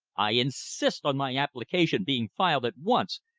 i insist on my application being filed at once!